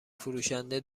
فروشنده